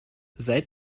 seit